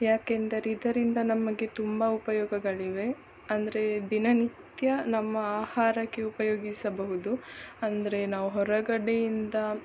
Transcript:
ಯಾಕೆಂದರೆ ಇದರಿಂದ ನಮಗೆ ತುಂಬ ಉಪಯೋಗಗಳಿವೆ ಅಂದರೆ ದಿನನಿತ್ಯ ನಮ್ಮ ಆಹಾರಕ್ಕೆ ಉಪಯೋಗಿಸಬಹುದು ಅಂದರೆ ನಾವು ಹೊರಗಡೆಯಿಂದ